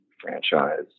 franchise